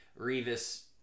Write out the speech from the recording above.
Revis